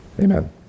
Amen